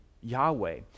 Yahweh